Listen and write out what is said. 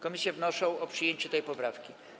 Komisje wnoszą o przyjęcie tej poprawki.